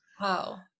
Wow